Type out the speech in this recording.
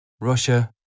Russia